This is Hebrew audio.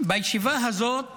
בישיבה הזאת